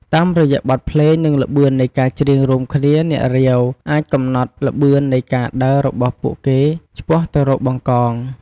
តាមរយៈបទភ្លេង និងល្បឿននៃការច្រៀងរួមគ្នា អ្នករាវ អាចកំណត់ល្បឿននៃការដើររបស់ពួកគេឆ្ពោះទៅរក បង្កង។